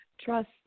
trust